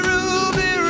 Ruby